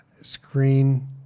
screen